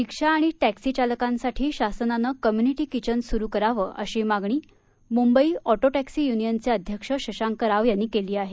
रिक्षा taxi चालकांसाठी शासनानं community kitchen सुरु करावं अशी मागणी मुंबई ऑटो रिक्षा टॅक्सी यूनियनचे अध्यक्ष शशांक राव यांनी केली आहे